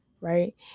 right